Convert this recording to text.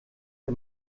der